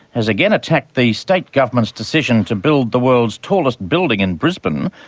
has again attacked the state government's decision to build the world's tallest building in brisbane,